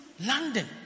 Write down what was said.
London